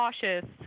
cautious